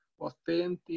authentic